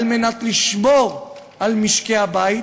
על מנת לשמור על משקי-הבית,